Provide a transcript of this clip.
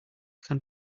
can